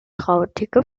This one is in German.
krautige